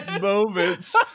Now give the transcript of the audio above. moments